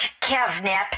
Kevnip